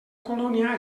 colònia